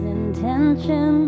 intention